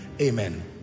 amen